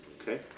okay